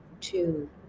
two